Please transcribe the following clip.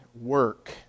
work